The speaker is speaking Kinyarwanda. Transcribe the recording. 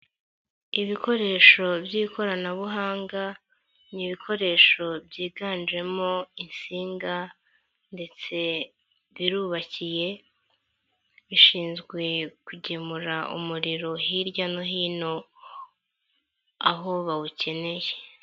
Ibikoresho by'ikoranabuhanga, ni ibikoresho byiganjemo insinga ndetse birubakiye, bishinzwe kugemura umuriro hirya no hino aho bawukeneye.